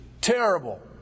terrible